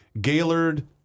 Gaylord